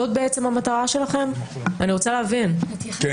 אתם כן רוצים להחיל את